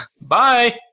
Bye